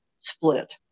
split